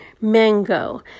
mango